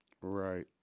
Right